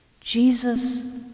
Jesus